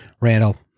Randall